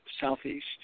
southeast